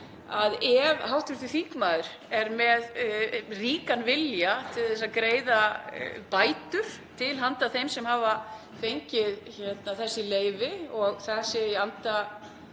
að ef hv. þingmaður er með ríkan vilja til að greiða bætur til handa þeim sem hafa fengið þessi leyfi og það sé í anda